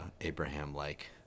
Abraham-like